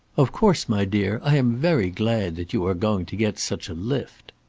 of course, my dear, i am very glad that you are going to get such a lift.